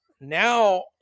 now